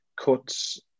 cuts